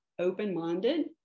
open-minded